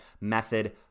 Method